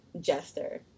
Jester